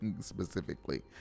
specifically